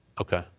Okay